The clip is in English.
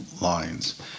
lines